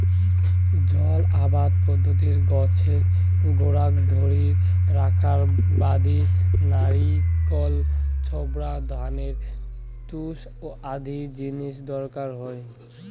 জল আবাদ পদ্ধতিত গছের গোড়াক ধরি রাখার বাদি নারিকল ছোবড়া, ধানের তুষ আদি জিনিস দরকার হই